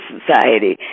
Society